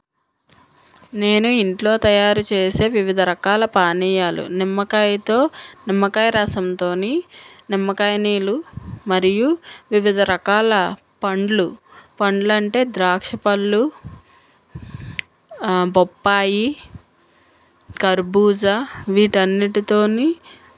నేను ఇంట్లో తయారు చేసే వివిధ రకాల పానీయాలు నిమ్మకాయతో నిమ్మకాయ రసంతో నిమ్మకాయ నీళ్ళు మరియు వివిధ రకాల పండ్లు పండ్లంటే ద్రాక్షపళ్ళు బొప్పాయి కర్బూజా వీటన్నిటితో